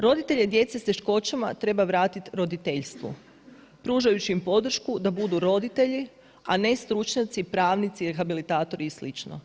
Roditeljice djece sa teškoćama treba vratiti roditeljstvu pružajući im podršku da budu roditelji a ne stručnjaci, pravnici, rehabilitatori i sl.